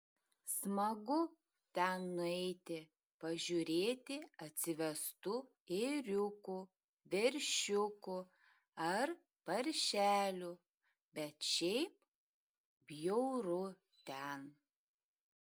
smagu ten nueiti pažiūrėti atsivestų ėriukų veršiukų ar paršelių bet šiaip bjauru ten